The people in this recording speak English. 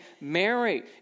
Mary